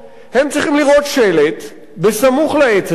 הם צריכים לראות שלט בסמוך לעץ הזה,